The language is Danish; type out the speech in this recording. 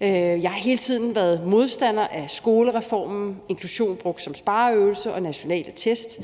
Jeg har hele tiden været modstander af skolereformen, inklusion brugt som spareøvelse og nationale test,